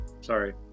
Sorry